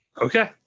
Okay